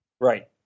Right